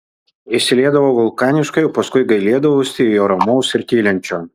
išsiliedavau vulkaniškai o paskui taip gailėdavausi jo ramaus ir tylinčio